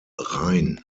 rhein